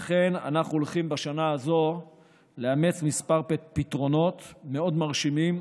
לכן אנחנו הולכים בשנה הזו לאמץ כמה פתרונות מאוד מרשימים.